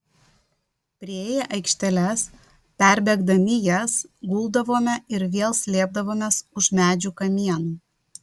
priėję aikšteles perbėgdami jas guldavome ir vėl slėpdavomės už medžių kamienų